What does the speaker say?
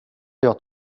jag